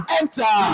enter